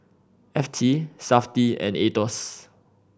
F T Safti and Aetos